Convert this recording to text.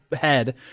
head